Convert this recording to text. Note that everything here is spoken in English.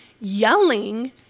yelling